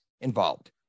involved